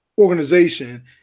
organization